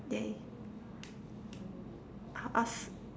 !yay! how ask